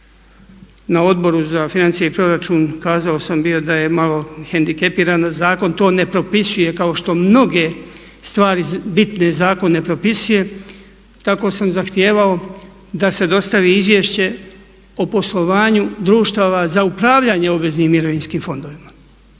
na Odboru za financije i proračun kazao sam bio da je malo hendikepiran zakon. To ne propisuje kao što mnoge stvari bitne zakon ne propisuje, tako sam zahtijevao da se dostavi izvješće o poslovanju društava za upravljanje obveznim mirovinskim fondovima.